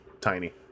tiny